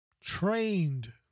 trained